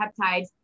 peptides